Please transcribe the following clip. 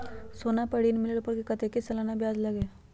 सोना पर ऋण मिलेलु ओपर कतेक के सालाना ब्याज लगे?